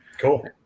Cool